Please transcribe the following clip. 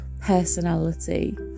personality